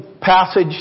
passage